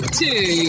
two